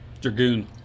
Dragoon